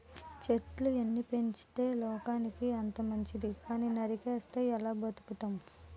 చెట్లు ఎన్ని పెంచితే లోకానికి అంత మంచితి కానీ నరికిస్తే ఎలా బతుకుతాం?